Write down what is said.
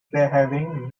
having